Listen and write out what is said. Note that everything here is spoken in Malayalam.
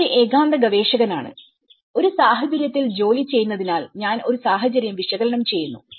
ഞാൻ ഒരു ഏകാന്ത ഗവേഷകനാണ് ഒരു സാഹചര്യത്തിൽ ജോലി ചെയ്യുന്നതിനാൽ ഞാൻ ഒരു സാഹചര്യ വിശകലനം ചെയ്തു